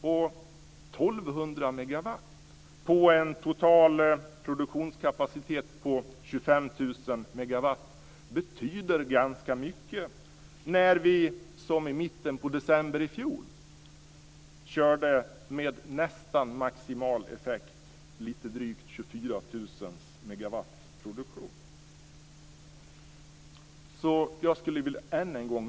1 200 megawatt, på en total produktionskapacitet på 25 000 megawatt, betyder ganska mycket när vi, som vi gjorde i mitten av december i fjol, kör med nästan maximal effekt, lite drygt 24 000 megawatts produktion.